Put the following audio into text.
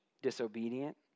disobedient